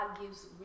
gives